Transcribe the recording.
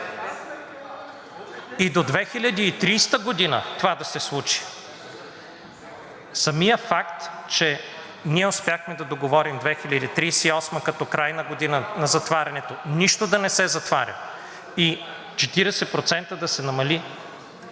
то до 2030 г. това да се случи, самият факт, че ние успяхме да договорим 2038 г. като крайна година на затварянето, нищо да не се затваря и 40% да се намали